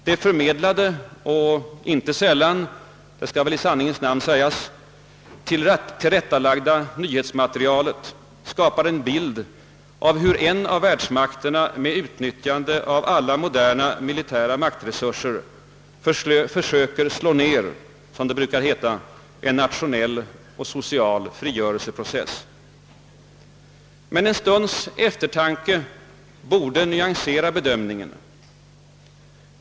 Det förmedlade och ibland — det skall väl i sanningens namn sägas — tillrättalagda nyhetsmaterialet skapar en bild av hur en av världsmakterna med utnyttjande av alla moderna militära maktresurser försöker slå ned en, som det brukar heta, »nationell och social frigörelseprocess». Men en stunds eftertanke borde nyansera bedömningen.